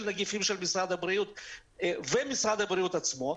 נגיפים של משרד הבריאות ומשרד הבריאות עצמו,